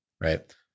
Right